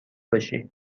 باشی